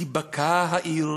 וַתִּבָּקַע העיר